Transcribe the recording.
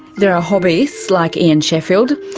there are hobbyists like ian sheffield,